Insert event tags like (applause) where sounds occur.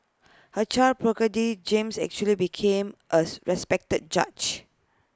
A child (unintelligible) James eventually became as respected judge